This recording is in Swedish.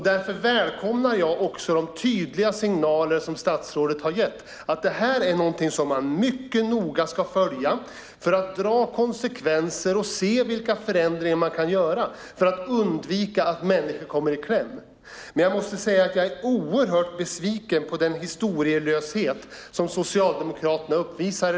Därför välkomnar jag de tydliga signaler som statsrådet har gett om att detta är något som man mycket noga ska följa för att dra slutsatser och se vilka förändringar man kan göra för att undvika att människor kommer i kläm. Jag är mycket besviken på den historielöshet som Socialdemokraterna visar.